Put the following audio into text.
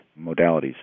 modalities